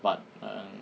but err